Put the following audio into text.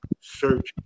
search